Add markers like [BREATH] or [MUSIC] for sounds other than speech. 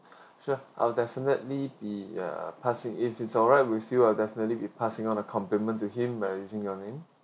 [BREATH] sure I'll definitely be uh passing it it's alright with you I'll definitely be passing on the compliment to him by using your name